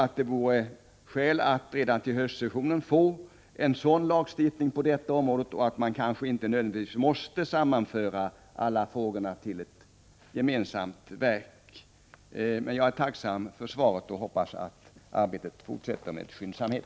Det vore skäl att redan under höstsessionen få en sådan lagstiftning på detta område. Man kanske inte nödvändigtvis måste sammanföra alla frågorna till ett gemensamt verk. Jag är emellertid tacksam för svaret och hoppas att arbetet fortsätter med skyndsamhet.